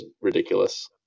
ridiculous